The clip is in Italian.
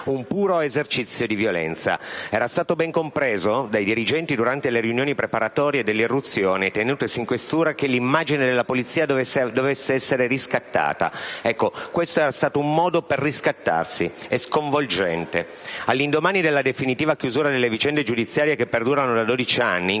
Un «puro esercizio di violenza». Era stato ben compreso dai dirigenti durante le riunioni preparatorie dell'irruzione, tenutesi in questura, che l'immagine della polizia doveva essere "riscattata". Ecco, questo è stato un modo per riscattarsi. È sconvolgente. All'indomani della definitiva chiusura delle vicende giudiziarie che perdurano da dodici